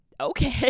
okay